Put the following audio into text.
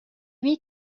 lui